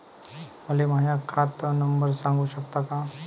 मले माह्या खात नंबर सांगु सकता का?